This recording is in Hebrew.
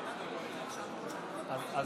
חברות וחברי הכנסת, חבר הכנסת דוד ביטן, אנא מכם.